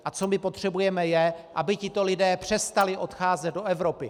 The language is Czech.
A co my potřebujeme, je, aby tito lidé přestali odcházet do Evropy.